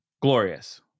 Glorious